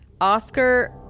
Oscar